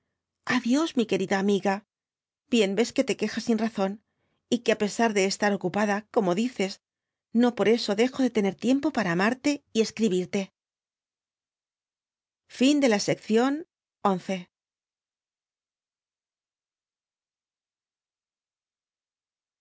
mi querida amiga bien ves que te quejas sin razón y que á pesar de estar ocupada como di es no por eso dejo de tener tiempo para amarte y escribirte